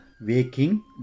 waking